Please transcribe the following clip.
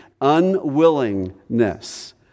Unwillingness